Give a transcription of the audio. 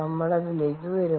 നമ്മൾ അതിലേക്ക് വരും